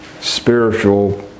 spiritual